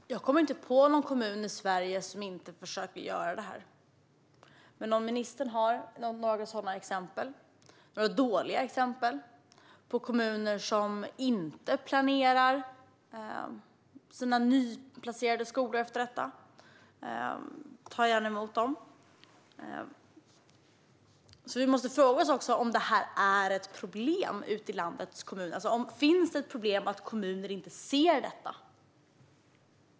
Herr talman! Jag kommer inte på någon kommun i Sverige som inte försöker att göra detta, men om ministern har några exempel - några dåliga exempel - på kommuner som inte planerar sina nyplacerade skolor efter detta tar jag gärna emot dem. Vi måste fråga oss om detta är ett problem ute i landets kommuner. Finns det ett problem med att kommuner inte ser detta?